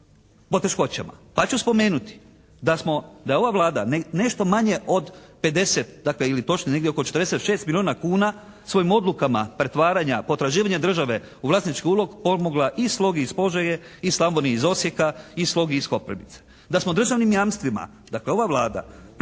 poteškoćama. Pa ću spomenuti da smo, da je ova Vlada nešto manje od 50 ili točnije negdje oko 46 milijuna kuna svojim odlukama pretvaranja potraživanja države u vlasnički ulog pomogla i «Slogi» iz Požege i «Slavoniji» iz Osijeka i «Slogi» iz Koprivnice. Da smo državnim jamstvima, dakle ova Vlada